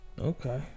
Okay